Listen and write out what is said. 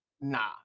nah